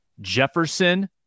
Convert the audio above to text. Jefferson